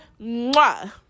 Mwah